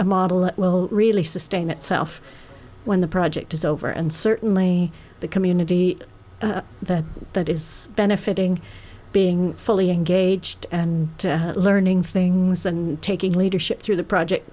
a model that will really sustain itself when the project is over and certainly the community that that is benefiting being fully engaged and learning things and taking leadership through the project